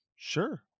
Sure